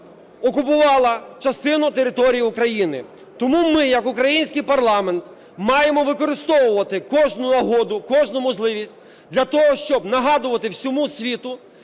окупувала частину території України. Тому ми як український парламент, маємо використовувати кожну нагоду, кожну можливість для того, щоб нагадувати всьому світу